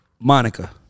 Monica